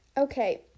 Okay